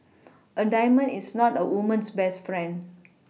a diamond is not a woman's best friend